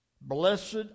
blessed